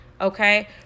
okay